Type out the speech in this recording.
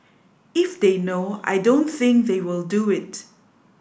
if they know I don't think they will do it